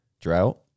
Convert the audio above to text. Drought